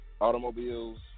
automobiles